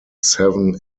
seven